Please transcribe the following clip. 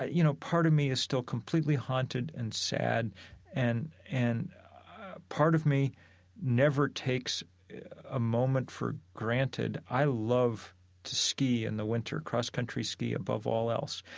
you know, part of me is still completely haunted and sad and and part of me never takes a moment for granted. i love to ski in the winter, cross country ski above all else,